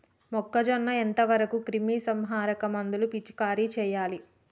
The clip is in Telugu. మొక్కజొన్న ఎంత వరకు క్రిమిసంహారక మందులు పిచికారీ చేయాలి?